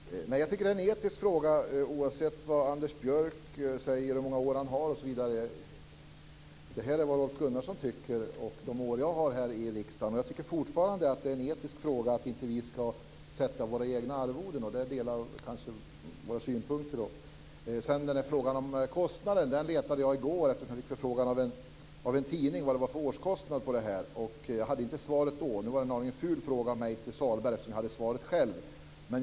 Fru talman! Jag tycker att det är en etisk fråga, oavsett vad Anders Björck säger och hur många år han har i riksdagen. Det här är vad jag tycker efter mina år här. Jag tycker fortfarande att det är en etisk fråga, att vi inte ska sätta våra egna arvoden. Där kanske vi har samma åsikt. Frågan om kostnaden letade jag efter i går när jag hade fått en förfrågan av en tidning om vilken årskostnaden var för det här. Jag hade inte svaret då. Det var en lite ful fråga från mig till Sahlberg eftersom jag hade svaret själv.